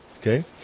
okay